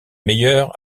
meilleur